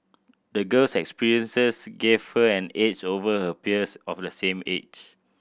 the girl's experiences gave her an edge over her peers of the same age